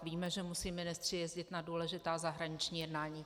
Víme, že musí ministři jezdit na důležitá zahraniční jednání.